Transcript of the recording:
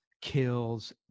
kills